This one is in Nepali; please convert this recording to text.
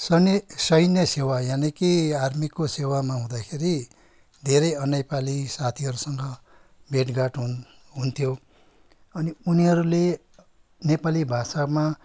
सैनिक सैन्य सेवा यानि कि आर्मीको सेवामा हुँदाखेरि धेरै अनेपाली साथीहरूसँग भेटघाट हुन् हुन्थ्यो अनि उनीहरूले नेपाली भाषामा